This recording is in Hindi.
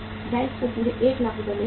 बैंक को पूरे 1 लाख रुपये मिलेंगे